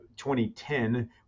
2010